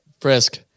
Frisk